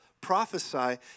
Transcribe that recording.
prophesy